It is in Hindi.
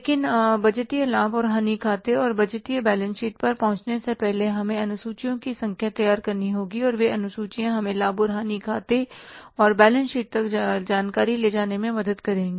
लेकिन बजटीय लाभ और हानि खाते और बजटीय बैलेंस शीट पर पहुंचने से पहले हमें अनुसूचियों की संख्या तैयार करनी होगी और वे अनुसूचियां हमें लाभ और हानि खाते और बैलेंस शीट तक जानकारी ले जाने में मदद करेंगी